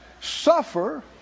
suffer